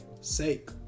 sake